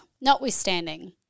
notwithstanding